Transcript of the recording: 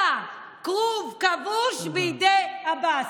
אתה כרוב כבוש בידי עבאס.